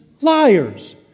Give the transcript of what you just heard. liars